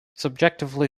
subjectively